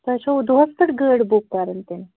تۄہہِ چھوٕ دۄہس پٮ۪ٹھ گٲڑ بُک کرٕنۍ تیٚلہِ